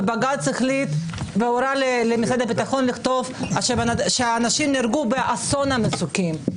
ובג"ץ החליט והורה למשרד הביטחון לכתוב שהאנשים נהרגו ב"אסון המסוקים".